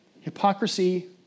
hypocrisy